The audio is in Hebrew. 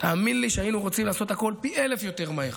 תאמין לי שהיינו רוצים לעשות הכול פי אלף יותר מהר.